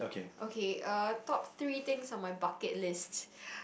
okay uh top three things on my bucket list